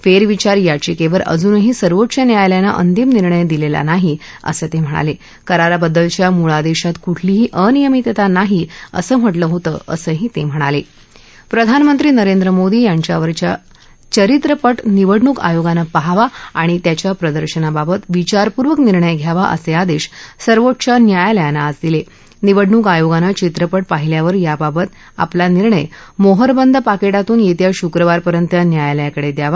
फ्रविचार याचिक्कर अजूनही सर्वोच्च न्यायालयानं अंतिम निर्णय दिल्ली नाही असं तौ म्हणाल किराराबद्दलच्या मूळ आदश्वत कुठलीही अनियमितता नाही असं म्हटलं होतं असंही तक्किणालक् प्रधानमंत्री नरेंद्र मोदी यांच्यावरचा चरित्रपट निवडणूक आयोगानं पाहावा आणि त्याच्या प्रदर्शनाबाबत विचारपूर्वक निर्णय घ्यावा अस आदध्य सर्वोच्च न्यायालयानं आज दिल निवडणूक आयोगानं चित्रपट पाहिल्यावर याबाबत आपला निर्णय मोहरबंद पाकीटातून यस्थि शुक्रवारपर्यंत न्यायालयाकडब्रावा